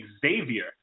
Xavier –